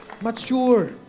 mature